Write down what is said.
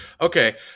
Okay